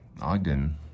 Ogden